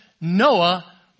Noah